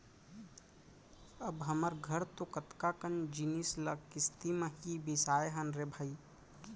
अब हमर घर तो कतका कन जिनिस ल किस्ती म ही बिसाए हन रे भई